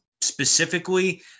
specifically